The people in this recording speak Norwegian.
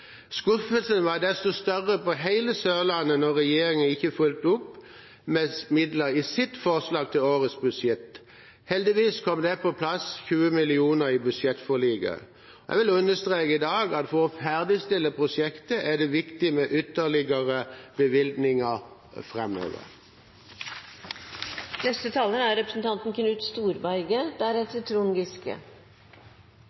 Skuffelsen var desto større på hele Sørlandet da regjeringen ikke fulgte opp med midler i årets forslag til budsjett. Heldigvis kom det på plass 20 mill. kr i budsjettforliket. Jeg vil i dag understreke at for å ferdigstille prosjektet er det viktig med ytterligere bevilgninger framover. Denne debatten har dreid seg om det som vel er